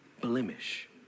blemish